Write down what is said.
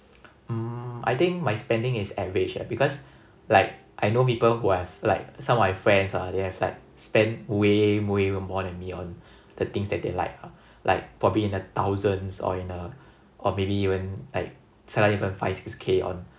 mm I think my spending is average eh because like I know people who have like some of my friends ah they have like spent way way more than me on the things that they like ah like probably in the thousands or in a or maybe even like sometimes even five six K on